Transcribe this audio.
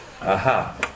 Aha